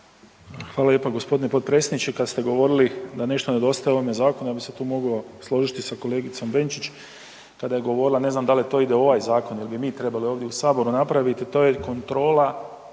Hvala lijepo gospodine potpredsjedniče. Kad ste govorili da nešto nedostaje ovome zakonu ja bih se tu mogao složiti sa kolegicom Benčić, ne znam da li to ide u ovaj zakon ili bi mi trebali ovdje u saboru napraviti to je kontrola